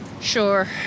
Sure